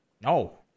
No